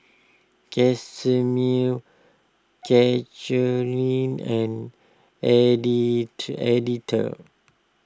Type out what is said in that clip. Casimir Catharine and eddy two Edythe